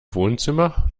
wohnzimmer